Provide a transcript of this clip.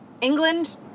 England